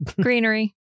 greenery